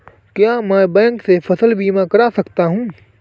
क्या मैं बैंक से फसल बीमा करा सकता हूँ?